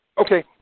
Okay